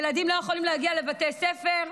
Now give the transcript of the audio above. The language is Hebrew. ילדים לא יכולים להגיע לבתי ספר,